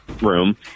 room